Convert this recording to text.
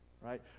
right